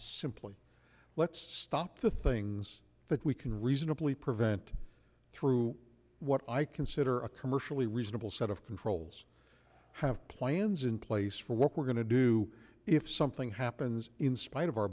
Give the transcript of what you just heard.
simply let's stop the things that we can reasonably prevent through what i consider a commercially reasonable set of controls have plans in place for what we're going to do if something happens in spite of our